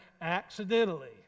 accidentally